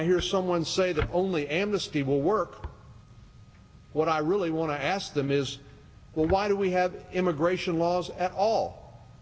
i hear someone say that only amnesty will work what i really want to ask them is well why do we have immigration laws at all